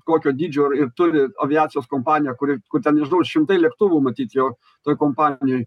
kokio dydžio ir turi aviacijos kompaniją kuri kur ten nežinau ar šimtai lėktuvų matyt jo toj kompanijoj